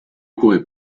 courait